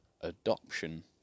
adoption